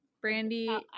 Brandy